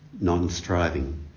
non-striving